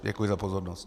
Děkuji za pozornost.